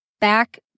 Back